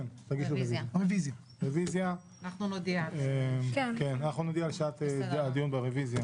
אנחנו עושים מאמצים כבירים,